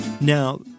Now